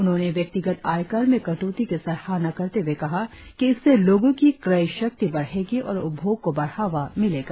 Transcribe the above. उन्होंने व्यक्तिगत आयकर में कटौती की सराहना करते हुए कहा कि इससे लोगो की क्रय शक्ति बढ़ेगी और उपभोग को बढ़ावा मिलेगा